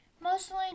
Mostly